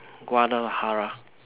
guadalajara